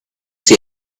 see